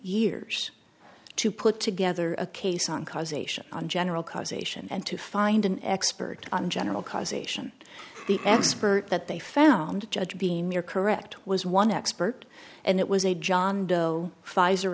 years to put together a case on causation on general causation and to find an expert on general causation the eggs spert that they found a judge being near correct was one expert and it was a john doe pfizer